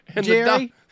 Jerry